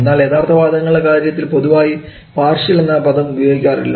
എന്നാൽ യഥാർത്ഥ വാതകങ്ങളുടെ കാര്യത്തിൽ പൊതുവായി പാർഷ്യൽ എന്ന പ്രയോഗം ഉപയോഗിക്കാറില്ല